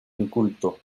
inculto